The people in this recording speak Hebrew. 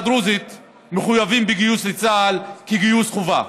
הדרוזית מחויבים בגיוס לצה"ל כגיוס חובה.